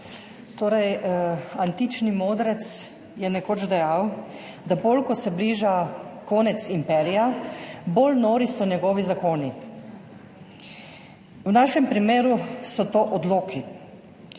besedo. Antični modrec je nekoč dejal, da bolj ko se bliža konec imperija, bolj nori so njegovi zakoni. V našem primeru so to odloki,